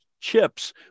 chips